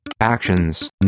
Actions